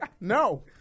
No